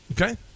Okay